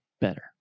better